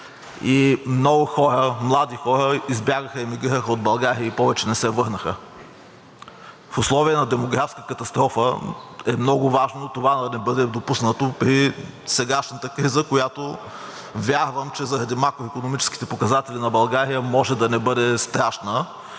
и много хора, млади хора, избягаха, емигрираха от България и повече не се върнаха. В условията на демографска катастрофа е много важно това да не бъде допуснато при сегашната криза, която, вярвам, че заради макроикономическите показатели на България може да не бъде страшна